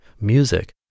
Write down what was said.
music